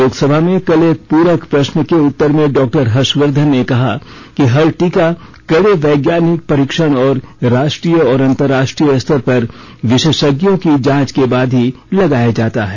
लोकसभा में कल एक प्रक प्रश्न के उत्तर में डॉ हर्षवर्धन ने कहा कि हर टीका कडे वैज्ञानिक परीक्षण और राष्ट्रीय और अंतर्राष्ट्रीय स्तर पर विशेषज्ञों की जांच के बाद ही लगाया जाता है